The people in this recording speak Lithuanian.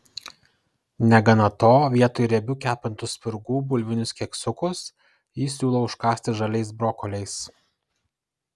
negana to vietoj riebių kepintų spirgų bulvinius keksiukus jis siūlo užkąsti žaliais brokoliais